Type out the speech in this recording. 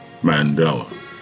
Mandela